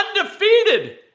undefeated